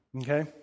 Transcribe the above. Okay